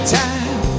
time